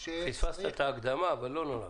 פספסת את ההקדמה, אבל לא נורא.